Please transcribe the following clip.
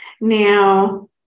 Now